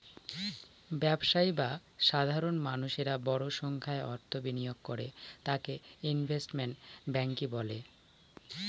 ব্যবসায়ী বা সাধারণ মানুষেরা বড় সংখ্যায় অর্থ বিনিয়োগ করে তাকে ইনভেস্টমেন্ট ব্যাঙ্কিং বলে